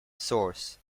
source